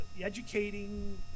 educating